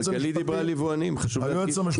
אבל גלית דיברה על יבואנים, חשוב להדגיש את זה.